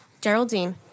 Geraldine